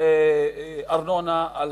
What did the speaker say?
ארנונה לתושבים?